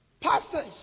pastors